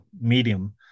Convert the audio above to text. medium